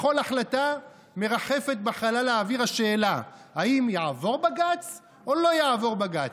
בכל החלטה מרחפת בחלל האוויר השאלה: האם יעבור בג"ץ או לא יעבור בג"ץ?